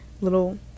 little